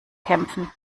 kämpfen